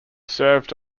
served